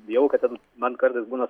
bijau kad ten man kartais būna